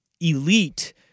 elite